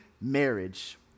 marriage